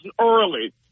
early